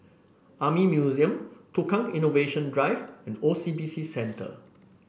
Army Museum Tukang Innovation Drive and O C B C Centre